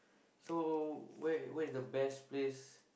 so where where is the best place